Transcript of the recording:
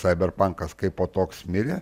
saiberpankas kaipo toks mirė